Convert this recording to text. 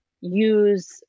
use